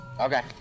Okay